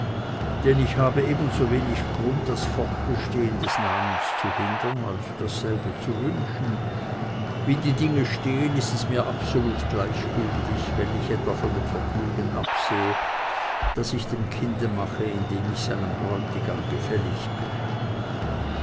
denn ich habe ebensowenig grund das fortbestehen des namens zu hindern als dasselbe zu wünschen wie die dinge stehen ist es mir absolut gleichgültig wenn ich etwa von dem vergnügen absehe das ich dem kinde mache indem ich seinem bräutigam gefällig bin